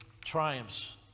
triumphs